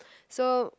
so